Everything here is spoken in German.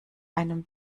einem